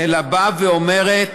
אלא אומרת: